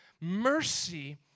Mercy